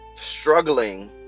struggling